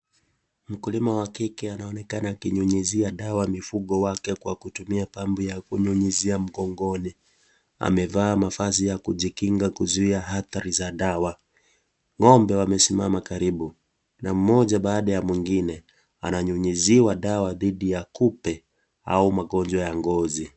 Mkulima wa kike anaonekana akinyunyizia dawa mufugo wake kwa kutumia pambu ya kunyunyizia mgongoni. Amevaa mavazi ya kujikinga kuzuia athari za dawa.Ng'ombe wamesimama karibu. Na mmoja baada ya mwingine ananyunyiziwa dawa dhidi ya kupe au magonjwa ya ngozi.